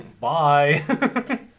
Bye